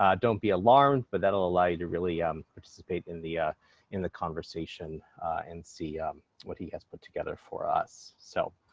um don't be alarmed but that'll allow you to really um participate in the ah in the conversation and see what he has put together for us. so,